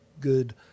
good